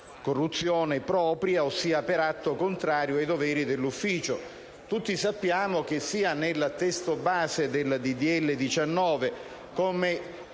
corruzione propria, ossia per atto contrario ai doveri dell'ufficio. Tutti sappiamo che sia nel testo base del disegno